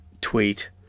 Tweet